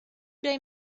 they